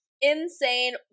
insane